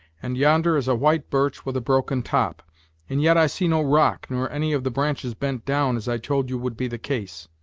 and yonder is a white birch with a broken top and yet i see no rock, nor any of the branches bent down, as i told you would be the case.